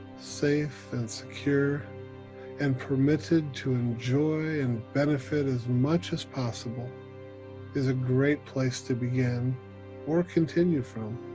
safe and secure and permitted to enjoy and benefit as much as possible is a great place to begin or continue from